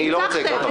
ניצחתם.